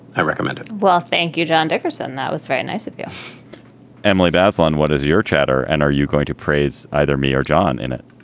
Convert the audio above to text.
i recommend it well, thank you, john dickerson. that was very nice of you emily bazelon, what is your chatter and are you going to praise either me or john in it?